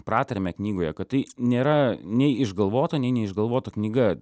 pratarmę knygoje kad tai nėra nei išgalvota nei neišgalvota knyga